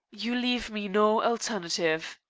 you leave me no alternative